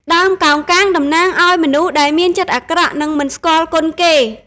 ដើមកោងកាងតំណាងឲ្យមនុស្សដែលមានចិត្តអាក្រក់ និងមិនស្គាល់គុណគេ។